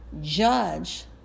judge